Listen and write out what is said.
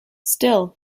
still